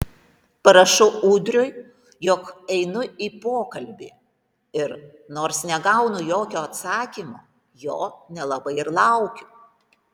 parašau ūdriui jog einu į pokalbį ir nors negaunu jokio atsakymo jo nelabai ir laukiu